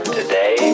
today